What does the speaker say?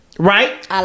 Right